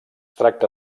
tracta